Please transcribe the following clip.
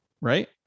right